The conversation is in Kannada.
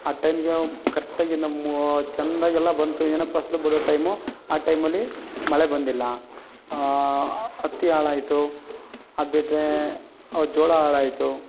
ಆ ಟೈಮ್ಗೆ ಕರೆಕ್ಟಾಗಿ ನಮ್ಮ ಚಂದಾಗೆಲ್ಲ ಬಂತು ಏನೋ ಫಸಲು ಬಿಡೋ ಟೈಮು ಆ ಟೈಮಲ್ಲಿ ಮಳೆ ಬಂದಿಲ್ಲ ಹತ್ತಿ ಹಾಳಾಯ್ತು ಅದು ಬಿಟ್ಟರೆ ಜೋಳ ಹಾಳಾಯ್ತು